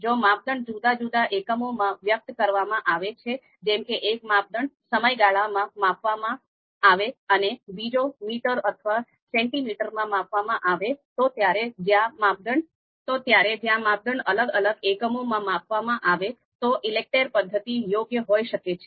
જો માપદંડ જુદા જુદા એકમોમાં વ્યક્ત કરવામાં આવે છે જેમ કે એક માપદંડ સમયગાળામાં માપવામાં આવે અને બીજો મીટર અથવા સેન્ટિમીટરમાં માપવામાં આવે તો ત્યારે જ્યાં માપદંડ અલગ અલગ એકમોમાં માપવામાં આવે તો ઈલેકટેર પદ્ધતિ યોગ્ય હોઈ શકે છે